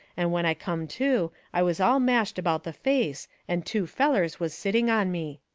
and when i come to i was all mashed about the face, and two fellers was sitting on me.